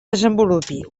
desenvolupi